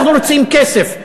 אנחנו רוצים כסף,